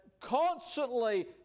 constantly